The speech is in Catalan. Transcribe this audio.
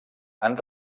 han